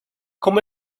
como